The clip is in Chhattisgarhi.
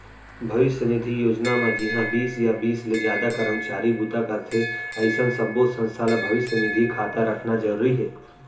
भविस्य निधि योजना म जिंहा बीस या बीस ले जादा करमचारी बूता करथे अइसन सब्बो संस्था ल भविस्य निधि खाता रखना जरूरी हे